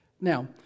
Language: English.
Now